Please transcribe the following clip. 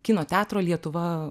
kino teatro lietuva